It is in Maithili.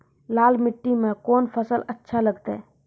लाल मिट्टी मे कोंन फसल अच्छा लगते?